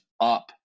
up